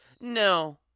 no